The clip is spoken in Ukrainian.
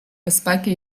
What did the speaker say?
безпеки